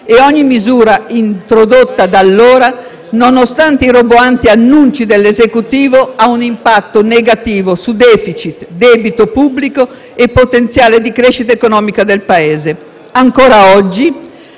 e ogni misura introdotta da allora, nonostante i roboanti annunci dell'Esecutivo, ha un impatto negativo su *deficit*, debito pubblico e potenziale di crescita economica del Paese. Ancora oggi,